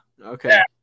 Okay